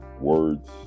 Words